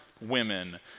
women